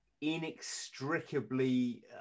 inextricably